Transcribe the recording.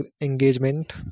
engagement